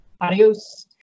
Adios